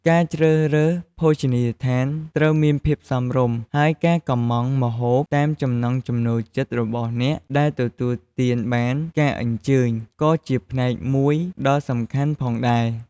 ការជ្រើសរើសភោជនីយដ្ឋានត្រូវមានភាពសមរម្យ ហើយការកម្មងម្ហូបតាមចំណង់ចំណូលចិត្តរបស់អ្នកដែលទទួលបានការអញ្ជើញក៏ជាផ្នែកមួយដ៏សំខាន់ផងដែរ។